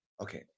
Okay